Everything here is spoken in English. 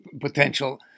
potential